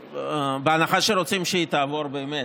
בהנחה שרוצים שהיא תעבור באמת,